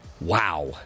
wow